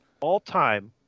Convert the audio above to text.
all-time